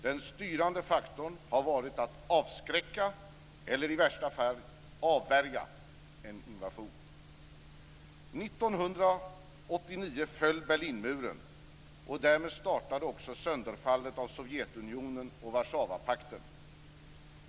Den styrande faktorn har varit att avskräcka eller i värsta fall avvärja en invasion. År 1989 föll Berlinmuren, och därmed startade också sönderfallet av Sovjetunionen och Warszawapakten.